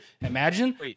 imagine